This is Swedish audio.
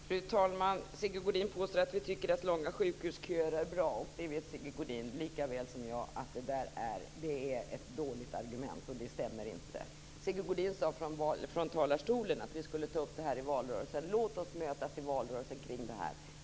Fru talman! Sigge Godin påstår att vi tycker att långa sjukhusköer är bra. Sigge Godin vet att det inte stämmer - det är ett dåligt argument. Sigge Godin sade här i talarstolen att vi skulle ta upp det här i valrörelsen. Ja, låt oss mötas i valrörelsen kring det här!